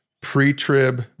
pre-trib